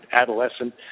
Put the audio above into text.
adolescent